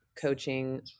coaching